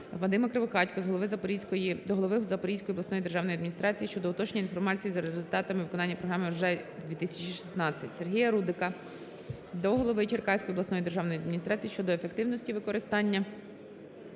Вадима Кривохатька до голови Запорізької обласної державної адміністрації щодо уточнення інформації за результатами виконання програми "Врожай-2016". Сергія Рудика до голови Черкаської обласної державної адміністрації щодо ефективності використання